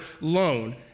loan